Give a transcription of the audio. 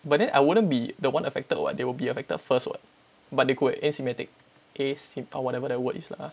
but then I wouldn't be the one affected what they will be affected first what but they could have asymatic asy~ or whatever that word is lah